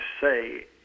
say